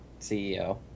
CEO